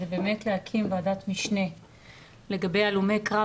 באמת להקים ועדת משנה לגבי הלומי קרב,